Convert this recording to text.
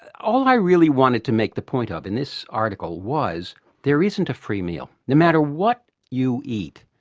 all i really wanted to make the point of in this article was there isn't a free meal. no matter what you eat,